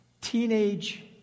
teenage